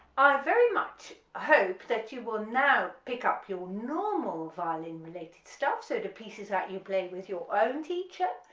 i very much ah hope that you will now pick up your normal violin stuff, so the pieces that you play with your own teacher,